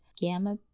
gamma